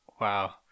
Wow